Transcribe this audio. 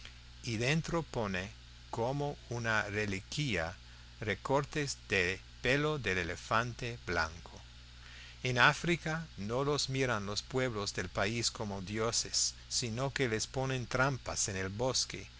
y dentro pone como una reliquia recortes de pelo del elefante blanco en áfrica no los miran los pueblos del país como dioses sino que les ponen trampas en el bosque